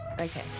Okay